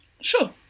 Sure